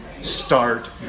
start